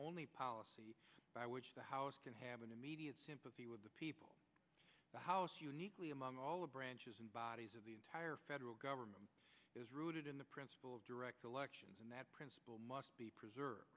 only policy by which the house can have an immediate sympathy with the people of the house uniquely among all the branches and bodies of the entire federal government is rooted in the principle of direct elections and that principle must be preserved